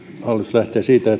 lähtee siitä